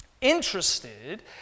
interested